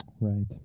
Right